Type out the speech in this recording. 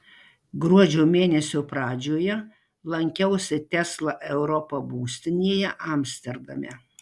gruodžio mėnesio pradžioje lankiausi tesla europa būstinėje amsterdame